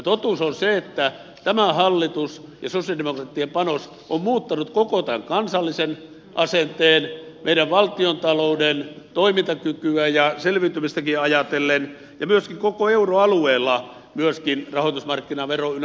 totuus on se että tämä hallitus ja sosialidemokraattien panos ovat muuttaneet koko tämän kansallisen asenteen meidän valtiontalouden toimintakykyä ja selviytymistäkin ajatellen ja myöskin koko euroalueella myöskin rahoitusmarkkinavero ynnä muuta